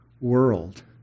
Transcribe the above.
world